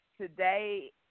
Today